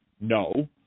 No